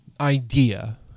idea